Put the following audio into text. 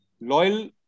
Loyal